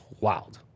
wild